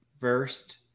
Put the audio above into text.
versed